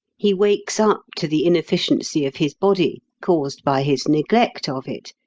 he wakes up to the inefficiency of his body, caused by his neglect of it,